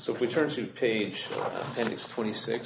so if we turn to page and it's twenty six